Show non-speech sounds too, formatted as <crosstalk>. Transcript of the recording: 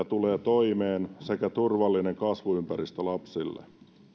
<unintelligible> tulee toimeen sekä turvallinen kasvuympäristö lapsille